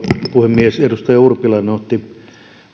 puhemies edustaja urpilainen otti